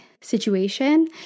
situation